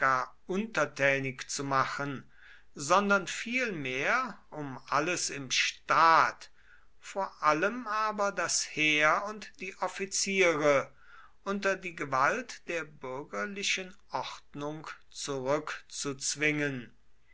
untertänig zu machen sondern vielmehr um alles im staat vor allem aber das heer und die offiziere unter die gewalt der bürgerlichen ordnung zurückzuzwingen